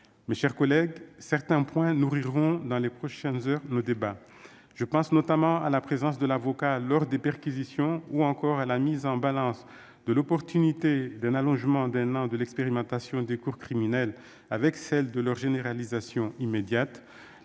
Mes chers collègues, certains points nourriront nos débats dans les prochaines heures. Je pense notamment à la présence de l'avocat lors des perquisitions, ou encore à la mise en balance de l'opportunité d'un allongement d'un an de l'expérimentation des cours criminelles avec celle de leur généralisation immédiate.